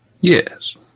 Yes